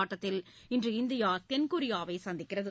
ஆட்டத்தில் இன்று இந்தியா தென் கொரியாவை சந்திக்கிறது